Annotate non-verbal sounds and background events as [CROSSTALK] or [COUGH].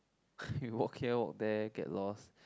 [BREATH] we walk here walk there get lost